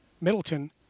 Middleton